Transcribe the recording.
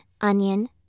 onion